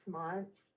months